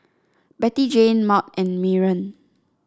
Bettyjane Maud and Maren